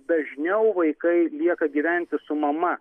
dažniau vaikai lieka gyventi su mama